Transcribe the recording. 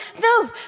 No